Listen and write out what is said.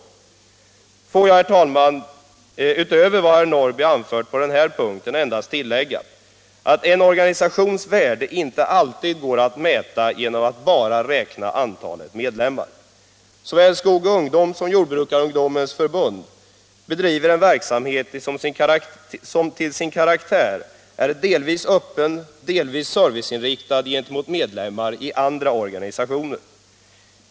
Får jag, herr talman, utöver vad herr Norrby anfört på den här punkten, endast tillägga att en organisations värde inte alltid går att mäta bara genom att man räknar antalet medlemmar. Såväl Skog och ungdom som Jordbrukarungdomens förbund bedriver en verksamhet som till sin karaktär är delvis öppen, delvis inriktad på service gentemot medlemmar i andra organisationer.